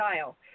style